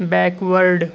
backward